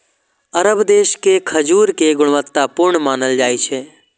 अरब देश के खजूर कें गुणवत्ता पूर्ण मानल जाइ छै